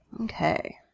Okay